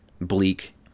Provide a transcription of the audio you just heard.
bleak